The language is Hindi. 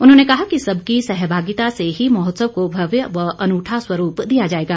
उन्होंने कहा कि सबकी सहभागिता से ही महोत्सव को भव्य व अनूठा स्वरूप दिया जाएगा